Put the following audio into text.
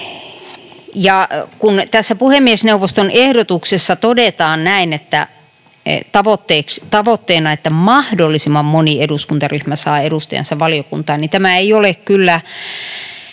puhemiesneuvoston ehdotuksessa todetaan näin tavoitteena, että ”mahdollisimman moni eduskuntaryhmä saa edustajansa valiokuntaan”, niin tämä ei ole kyllä